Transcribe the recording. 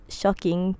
shocking